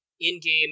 in-game